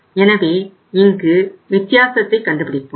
எனவே இங்கு வித்தியாசத்தை கண்டுபிடிப்போம்